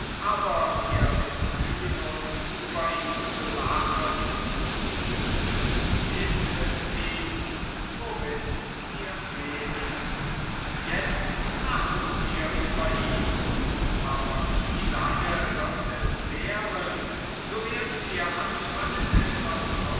aber wir begnügen uns über ihn zu lachen und dies ist es eben worin wir fehlen itzt lachen wir über ihn aber wie lange wird es währen so werden wir anfangen etwas